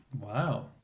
wow